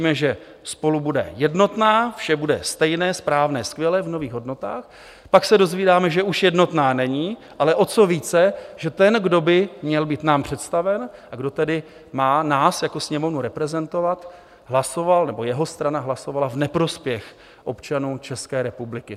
My slyšíme, že SPOLU bude jednotná, vše bude stejné, správné, skvělé, v nových hodnotách, pak se dozvídáme, že už jednotná není, ale o co více, že ten, kdo by nám měl být představen a kdo tedy má nás jako Sněmovnu reprezentovat, hlasoval nebo jeho strana hlasovala v neprospěch občanů České republiky.